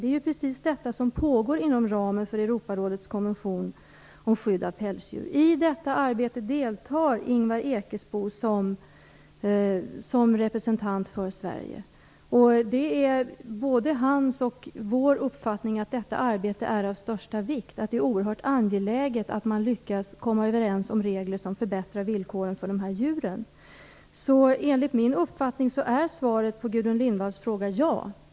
Det är precis det som pågår inom ramen för Europarådets konvention om skydd av pälsdjur. I detta arbete deltar Ingvar Ekesbo som representant för Sverige. Det är både hans och vår uppfattning att detta arbete är av största vikt och att det är oerhört angeläget att man lyckas komma överens om regler som förbättrar villkoren för de här djuren. Enligt min uppfattning är alltså svaret på Gudrun Lindvalls fråga ja.